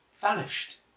vanished